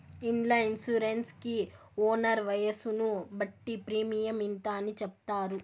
ఇండ్ల ఇన్సూరెన్స్ కి ఓనర్ వయసును బట్టి ప్రీమియం ఇంత అని చెప్తారు